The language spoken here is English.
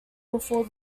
before